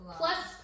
plus